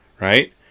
Right